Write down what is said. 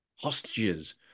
hostages